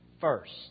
first